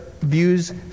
views